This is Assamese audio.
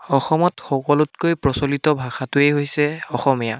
অসমত সকলোতকৈ প্ৰচলিত ভাষাটোৱেই হৈছে অসমীয়া